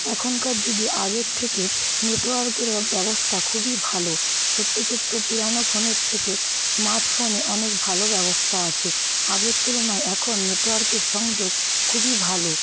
এখনকার যুগে আগের থেকে নেটওয়ার্কের ব্যবস্থা খুবই ভালো ছোট্টো ছোট্টো পুরানো ফোনের থেকে স্মার্টফোনে অনেক ভালো ব্যবস্থা আছে আগের তুলনায় এখন নেটওয়ার্কের সংযোগ খুবই ভালো